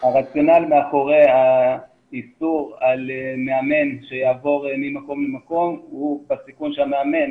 הרציונל מאחורי האיסור על מאמן שיעבור ממקום למקום הוא בסיכון שהמאמן